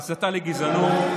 בהסתה לגזענות,